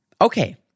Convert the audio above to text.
Okay